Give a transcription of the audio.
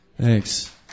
Thanks